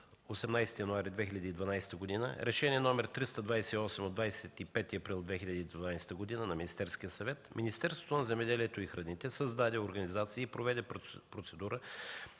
18 януари 2012 г., Решение № 328 от 25 април 2012 г. на Министерския съвет, Министерството на земеделието и храните създаде организация и проведе процедура